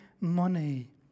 money